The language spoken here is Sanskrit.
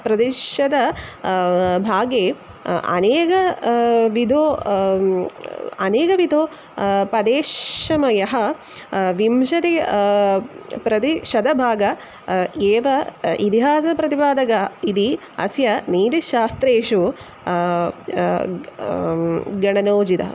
प्रतिशतं भागे अनेकाः विदः अनेकविधाः पदेश्शमयः विंशतिः प्रतिशतभागः एव इतिहासप्रतिपादकम् इति अस्य नीतिशास्त्रेषु गणनोजितः